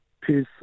peace